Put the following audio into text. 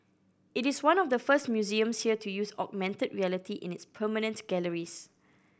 it is one of the first museums here to use augmented reality in its permanent galleries